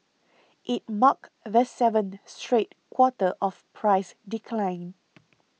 it marked the seventh straight quarter of price decline